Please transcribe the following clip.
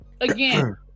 again